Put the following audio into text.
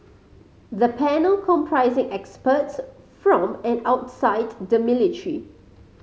the panel comprising experts from and outside the military